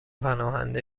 پناهنده